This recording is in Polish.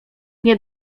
nie